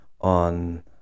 on